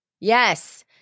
Yes